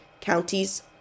counties